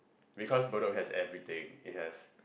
because Bedok has everything it has